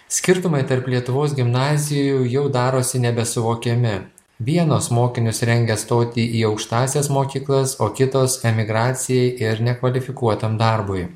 skirtumai tarp lietuvos gimnazijų jau darosi nebesuvokiami vienos mokinius rengia stoti į aukštąsias mokyklas o kitos emigracijai ir nekvalifikuotam darbui